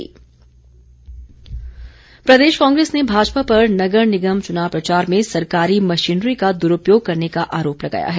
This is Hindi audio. राठौर प्रदेश कांग्रेस ने भाजपा पर नगर निगम चुनावों में सरकारी मशीनरी का दुरूपयोग करने का आरोप लगाया है